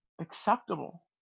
acceptable